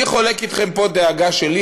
אני חולק אתכם פה דאגה שלי.